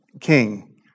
king